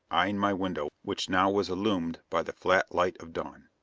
eyeing my window which now was illumined by the flat light of dawn.